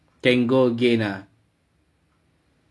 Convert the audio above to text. can go again ah